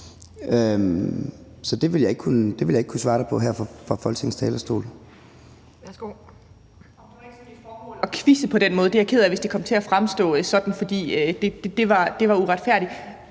Så det vil jeg ikke kunne svare dig på her fra Folketingets talerstol.